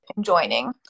joining